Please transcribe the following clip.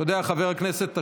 אתה יודע, חבר הכנסת אשר,